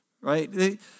right